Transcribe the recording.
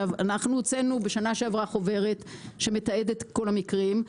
אנחנו הוצאנו בשנה שעברה חוברת שמתעתדת את כל המקרים.